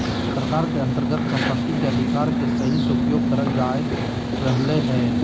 सरकार के अन्तर्गत सम्पत्ति के अधिकार के सही से उपयोग करल जायत रहलय हें